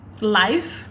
life